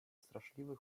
straszliwy